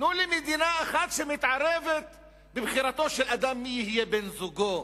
תנו לי מדינה אחת שמתערבת בבחירתו של אדם מי יהיה בן-זוגו.